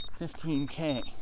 15K